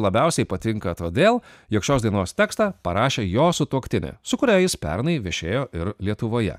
labiausiai patinka todėl jog šios dainos tekstą parašė jo sutuoktinė su kuria jis pernai viešėjo ir lietuvoje